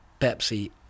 pepsi